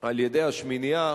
על-ידי השמינייה,